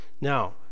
Now